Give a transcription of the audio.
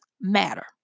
matter